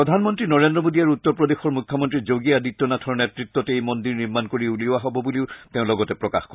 প্ৰধানমন্ত্ৰী নৰেন্দ্ৰ মোদী আৰু উত্তৰ প্ৰদেশৰ মুখ্যমন্ত্ৰী যোগী আদিত্যনাথৰ নেত্ৰত্বত এই মন্দিৰ নিৰ্মাণ কৰি উলিওৱা হ'ব বুলিও তেওঁ লগতে প্ৰকাশ কৰে